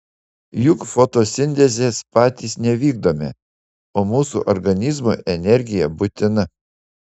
juk fotosintezės patys nevykdome o mūsų organizmui energija būtina